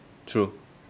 true